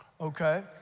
okay